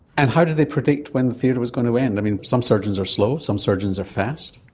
and how did they predict when theatre was going to end? i mean, some surgeons are slow, some surgeons are fast.